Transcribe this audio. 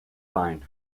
line